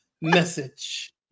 message